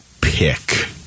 pick